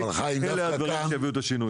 אלה הדברים שיביאו את השינוי.